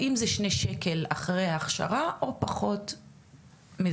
האם זה שני שקל אחרי ההכשרה או פחות מזה,